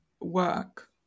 work